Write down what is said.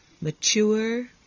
mature